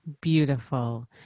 Beautiful